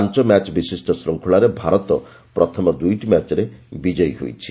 ପାଞ୍ଚ ମ୍ୟାଚ୍ ବିଶିଷ୍ଟ ଶ୍ଚଙ୍ଖଳାରେ ଭାରତ ପ୍ରଥମ ଦୁଇଟି ମ୍ୟାଚ୍ରେ ବିଜୟୀ ହୋଇଛି